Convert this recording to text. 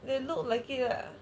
they look like it ya